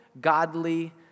godly